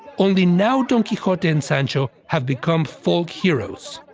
only now don quixote and sancho have become folk heroes.